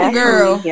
girl